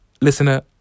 Listener